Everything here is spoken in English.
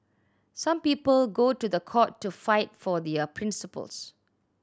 some people go to the court to fight for their principles